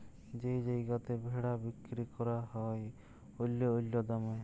যেই জায়গাতে ভেড়া বিক্কিরি ক্যরা হ্যয় অল্য অল্য দামে